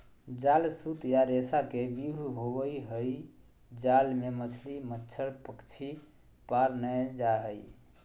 जाल सूत या रेशा के व्यूह होवई हई जाल मे मछली, मच्छड़, पक्षी पार नै जा हई